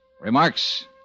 Remarks